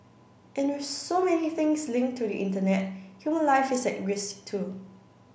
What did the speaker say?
and with so many things linked to the Internet human life is at risk too